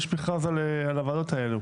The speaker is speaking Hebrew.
יש מכרז על הוועדות האלו.